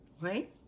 right